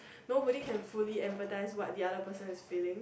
nobody can fully empathise what the other person is feeling